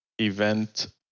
event